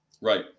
Right